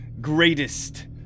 greatest